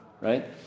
Right